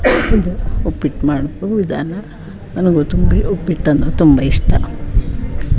ಇದು ಉಪ್ಪಿಟ್ಟು ಮಾಡುವ ವಿಧಾನ ನನಗೂ ತುಂಬ ಉಪ್ಪಿಟ್ಟು ಅಂದರೆ ತುಂಬ ಇಷ್ಟ